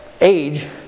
age